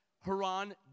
Haran